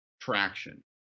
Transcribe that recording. traction